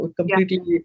completely